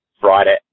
Friday